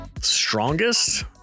Strongest